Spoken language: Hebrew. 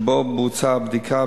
שבו בוצעה הבדיקה,